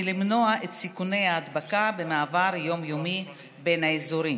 למנוע את סיכוני ההדבקה במעבר יום-יומי בין האזורים.